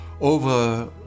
over